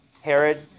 Herod